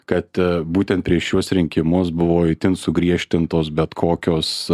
kad būtent prieš šiuos rinkimus buvo itin sugriežtintos bet kokios